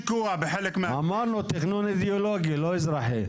אמרנו, תכנון אידיאולוגי, לא אזרחי.